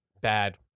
bad